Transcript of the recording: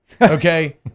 Okay